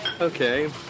Okay